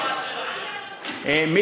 מה אתם,